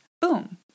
Boom